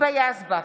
היבה יזבק,